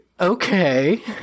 Okay